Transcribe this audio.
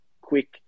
quick